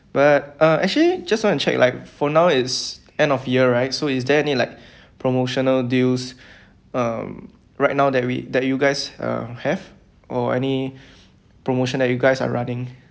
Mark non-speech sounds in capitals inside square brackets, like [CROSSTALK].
but uh actually just want to check like for now it's end of year right so is there any like promotional deals [BREATH] um right now that we that you guys uh have or any promotion that you guys are running